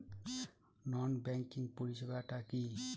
নন banking পরিষেবা টা কি?